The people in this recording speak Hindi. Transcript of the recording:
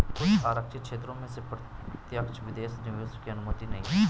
कुछ आरक्षित क्षेत्रों में प्रत्यक्ष विदेशी निवेश की अनुमति नहीं है